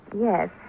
Yes